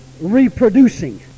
reproducing